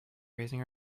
raising